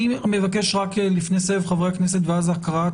אני מבקש - לפני שנשמע את חברי הכנסת ולאחר מכן הקראת